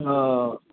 हा